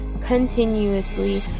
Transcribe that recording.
continuously